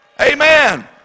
Amen